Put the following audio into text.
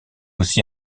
aussi